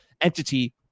entity